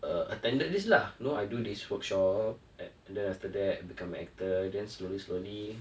uh attended this lah you know I do this workshop at then after that become an actor then slowly slowly